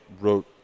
wrote